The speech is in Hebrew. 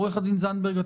עו"ד זנדברג,